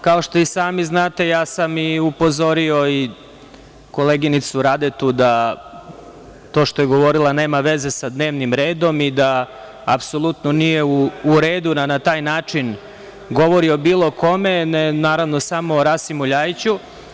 Kao što i sami znate, ja sam upozorio i koleginicu Radetu da to što je govorila nema veze sa dnevnim redom i da apsolutno nije u redu da na taj način govori o bilo kome, ne, naravno, samo o Rasimu LJajiću.